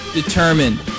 determined